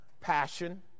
passion